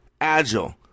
agile